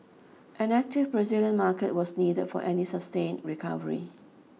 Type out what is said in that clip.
an active Brazilian market was needed for any sustain recovery